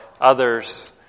others